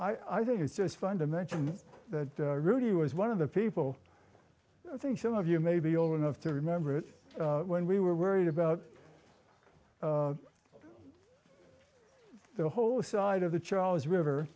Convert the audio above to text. i think it's just fun to mention that rudy was one of the people i think some of you may be old enough to remember that when we were worried about the whole side of the charles river